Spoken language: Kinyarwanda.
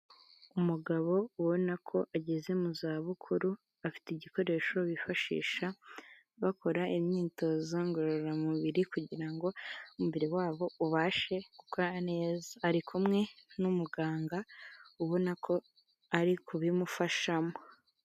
Umugabo ubona ko ageze mu za bukuru, afite igikoresho bifashisha bakora imyitozo ngororamubiri, kugira ngo umubiri wabo ubashe gukora neza ari kumwe n'umuganga ubona ko ari kubimufashamo.